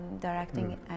directing